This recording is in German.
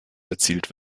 erzielt